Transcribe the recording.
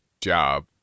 job